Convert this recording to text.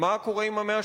186. מה קורה עם ה-187?